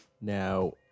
Now